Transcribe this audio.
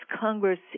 Congress